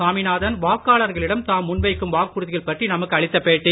சாமிநாதன் வாக்காளர்களிடம் தாம் முன்வைக்கும் வாக்குறுதிகள் பற்றி நமக்கு அளித்த பேட்டி